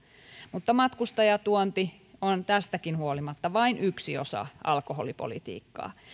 mutta matkustajatuonti on tästäkin huolimatta vain yksi osa alkoholipolitiikkaa